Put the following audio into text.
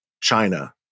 China